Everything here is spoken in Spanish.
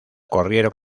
corrieron